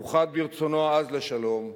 מאוחד ברצונו העז לשלום,